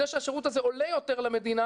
זה שהשירות הזה עולה יותר למדינה,